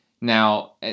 Now